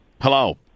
hello